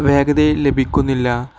വേഗതയില് ലഭിക്കുന്നില്ല